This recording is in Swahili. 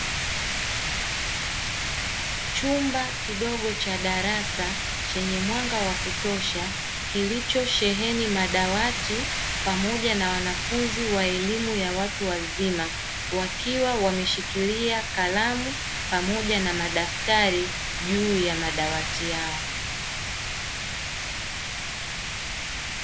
Chumba kidogo cha darasa chenye mwanga wa kutosha kilicho sheheni madawati pamoja na wanafunzi wa elimu ya watu wazima wakiwa wameshikilia kalamu pamoja na madaftari juu ya madawati yao.